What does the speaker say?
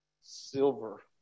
Silver